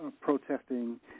Protesting